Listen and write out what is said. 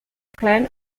clan